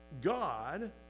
God